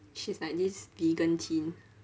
she's like this vegan chin